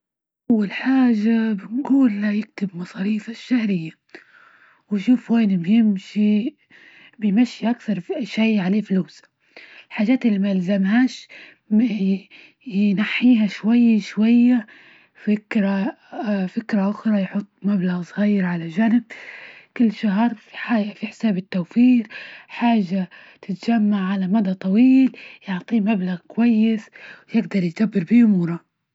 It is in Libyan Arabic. أول حاجة بنجول لة يكتب مصاريفه الشهرية، وشوف وين بيمشي -يمشي أكثر شيء عليه فلوس، الحاجات اللي ما يلزمهاش ما ينحيها شوية شوية فكرة فكرة أخرى يحط مبلغ صغير على جنب كل شهر في حساب التوفير، حاجة تتجمع على مدى طويل يعطيه مبلغ كويس يقدر يدبر بيه أموره.